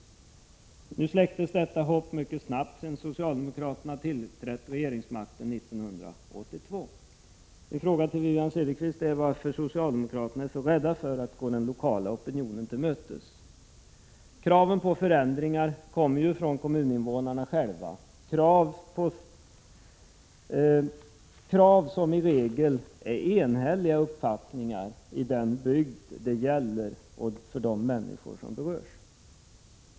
Detta hopp släcktes mycket snabbt sedan socialdemokraterna tillträdde regeringsmakten 1982. Min fråga till Wivi Anne Cederqvist är: Varför är socialdemokraterna så rädda för att gå den lokala opinionen till mötes? Kraven på förändringar kommer från kommuninvånarna själva, krav som i regel avspeglar enhälliga uppfattningar i den bygd som berörs.